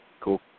Cool